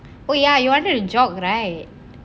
oh ya you wanted a jog right